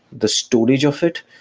the storage of it,